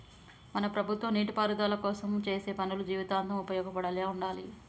మన ప్రభుత్వం నీటిపారుదల కోసం చేసే పనులు జీవితాంతం ఉపయోగపడేలా ఉండాలి